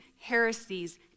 heresies